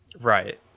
Right